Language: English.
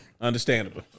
Understandable